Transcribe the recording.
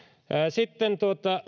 sitten